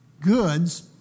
goods